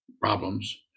problems